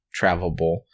travelable